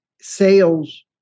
sales